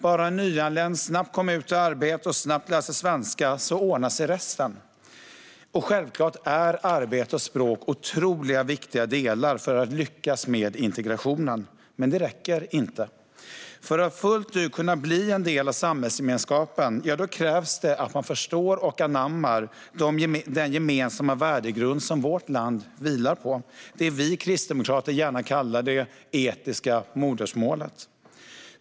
Bara en nyanländ snabbt kommer ut i arbete och snabbt lär sig svenska ordnar sig resten. Självklart är arbete och språk otroligt viktiga delar för att lyckas med integrationen. Men det räcker inte. För att fullt ut kunna bli en del av samhällsgemenskapen krävs att man förstår och anammar den gemensamma värdegrund som vårt land vilar på - det vi kristdemokrater gärna kallar det etiska modersmålet.